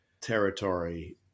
territory